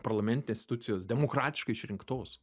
parlamentės institucijos demokratiškai išrinktos